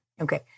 okay